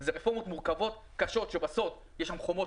אלה רפורמות מורכבות וקשות שבסוף יש שם חומות